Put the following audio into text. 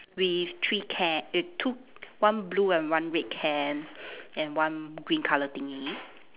with three ca~ err two one blue and one red can and one green colour thingy